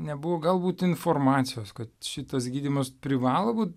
nebuvo galbūt informacijos kad šitas gydymas privalo būt